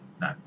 No